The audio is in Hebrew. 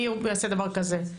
אני אעשה דבר כזה,